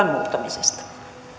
muuttamisesta